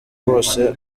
bose